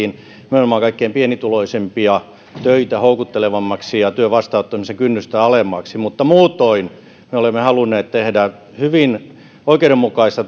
nimenomaan kaikkein pienituloisimpia töitä houkuttelevammiksi ja työn vastaanottamisen kynnystä alemmaksi mutta muutoin me olemme halunneet tehdä hyvin oikeudenmukaista